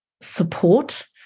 support